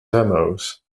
demos